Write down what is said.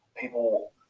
people